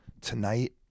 tonight